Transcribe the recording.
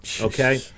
Okay